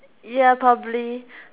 ya probably